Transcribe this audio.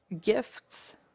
gifts